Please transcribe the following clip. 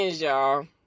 y'all